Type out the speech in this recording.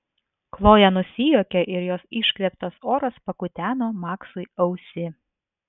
kloja nusijuokė ir jos iškvėptas oras pakuteno maksui ausį